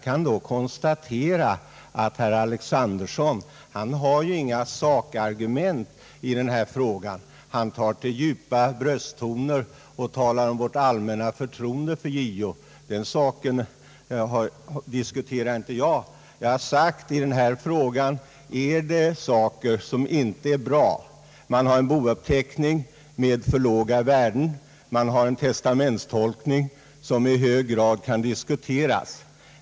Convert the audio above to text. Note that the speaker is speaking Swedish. Herr Alexanderson har inte anfört några sakargument i den här frågan. Han har tagit till djupa brösttoner och talat om vårt allmänna förtroende för JO. Det är inte den saken jag har diskuterat. Jag har sagt att i denna fråga finns det detaljer som inte är bra: en bouppteckning med för låga värden och en testamentstolkning som i hög grad kan diskuteras.